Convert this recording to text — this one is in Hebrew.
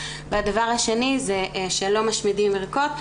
והדבר השני שלא משמידים ערכות.